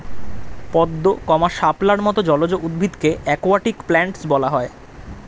পদ্ম, শাপলার মত জলজ উদ্ভিদকে অ্যাকোয়াটিক প্ল্যান্টস বলা হয়